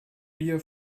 bier